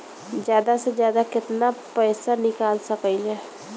जादा से जादा कितना पैसा निकाल सकईले?